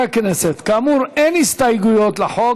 חברי הכנסת, כאמור, אין הסתייגויות לחוק.